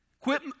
Quit